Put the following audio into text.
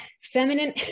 feminine